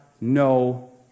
no